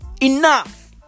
Enough